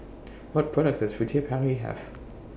What products Does Furtere Paris Have